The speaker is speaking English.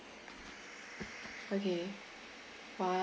okay